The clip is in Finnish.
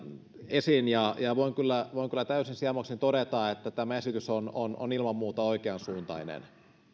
esiin ja ja voin kyllä voin kyllä täysin siemauksin todeta että tämä esitys on on ilman muuta oikeansuuntainen